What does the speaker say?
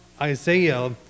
Isaiah